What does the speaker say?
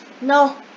No